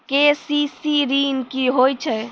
KCC ॠन की होय छै?